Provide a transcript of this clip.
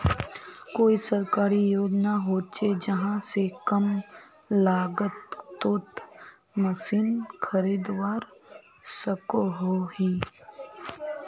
कोई सरकारी योजना होचे जहा से कम लागत तोत मशीन खरीदवार सकोहो ही?